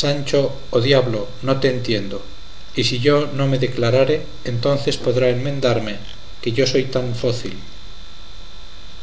sancho o diablo no te entiendo y si yo no me declarare entonces podrá emendarme que yo soy tan fócil